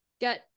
get